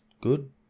good